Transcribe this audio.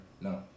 No